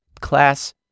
class